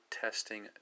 testing